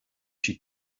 she